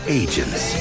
agents